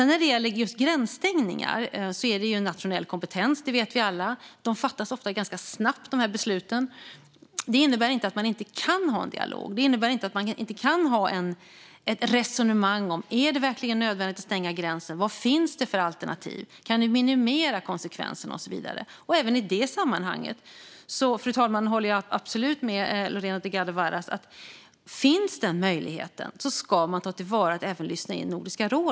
När det gäller just gränsstängningar är det ju en nationell kompetens; det vet vi alla. Ofta fattas dessa beslut också ganska snabbt. Det innebär inte att man inte kan ha en dialog och att man inte kan ha ett resonemang om huruvida det verkligen är nödvändigt att stänga gränsen eller vad det finns för alternativ. Man kan titta på om det går att minimera konsekvenserna och så vidare. Även i det sammanhanget håller jag absolut med Lorena Delgado Varas, fru talman - finns möjligheten att lyssna in Nordiska rådet ska man ta till vara den.